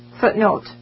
Footnote